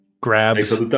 grabs